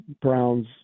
Brown's